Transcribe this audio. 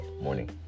morning